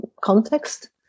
context